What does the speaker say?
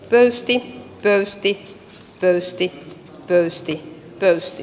pesti pöysti höysti pöysti pöysti